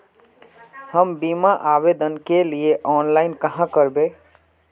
हम बीमा आवेदान के लिए ऑनलाइन कहाँ करबे?